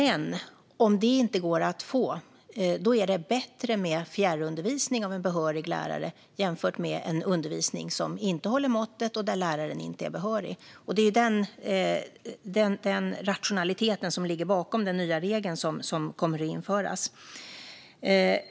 Men om det inte går att få är det bättre med fjärrundervisning av en behörig lärare än undervisning som inte håller måttet och där läraren inte är behörig. Det är den rationaliteten som ligger bakom den nya regel som kommer att införas.